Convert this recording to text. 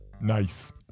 Nice